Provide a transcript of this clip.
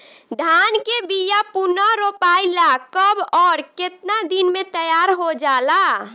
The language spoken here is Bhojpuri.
धान के बिया पुनः रोपाई ला कब और केतना दिन में तैयार होजाला?